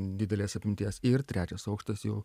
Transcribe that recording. didelės apimties ir trečias aukštas jau